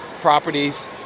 properties